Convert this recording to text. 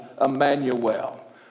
Emmanuel